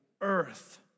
earth